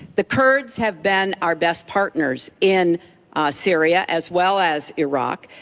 the kurds have been our best partners in syria, as well as iraq.